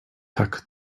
tak